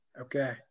Okay